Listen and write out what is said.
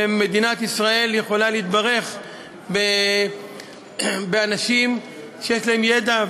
ומדינת ישראל יכולה להתברך באנשים שיש להם ידע,